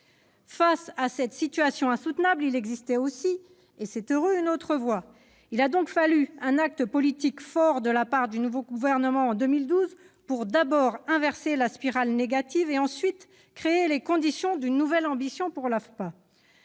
Face à cette situation insoutenable, il existait aussi- et c'est heureux ! -une autre voie. Il a donc fallu un acte politique fort de la part du nouveau gouvernement en 2012, d'abord pour inverser la spirale négative, ensuite pour créer les conditions d'une nouvelle ambition pour l'AFPA.